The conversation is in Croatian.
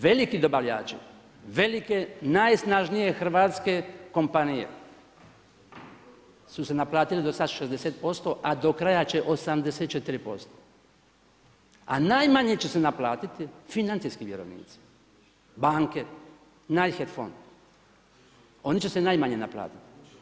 Veliki dobavljači, velike, najsnažnije Hrvatske kompanije su se naplatile do sad 60%, a do kraja će 84%, a najmanje će se naplatiti financijski vjerovnici, banke, … oni će se najmanje naplatiti.